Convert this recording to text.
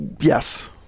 Yes